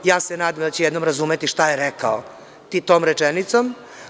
Ja se nadam da će jednom razumeti šta je rekao tom rečenicom.